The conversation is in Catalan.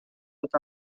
tot